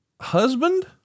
husband